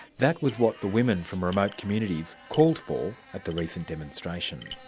that was what the women from remote communities called for at the recent demonstration.